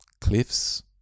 cliffs